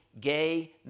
gay